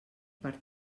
per